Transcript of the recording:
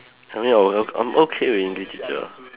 I mean I'm also I'm okay with English teacher